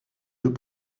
deux